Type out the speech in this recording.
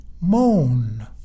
moan